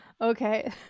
okay